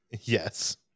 Yes